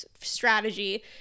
strategy